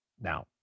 Now